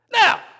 now